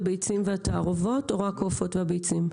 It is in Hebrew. הביצים והתערובות או רק העופות והביצים?